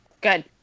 Good